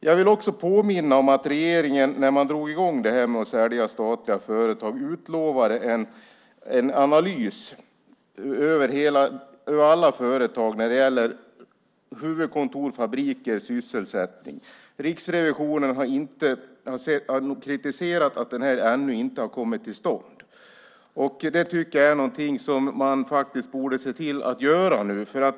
Jag vill också påminna om att regeringen när man drog i gång med att sälja statliga företag utlovade en analys av alla företag när det gäller huvudkontor, fabriker och sysselsättning. Riksrevisionen har kritiserat att detta ännu inte har kommit till stånd. Jag tycker att det är någonting som man nu borde se till att göra.